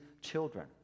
children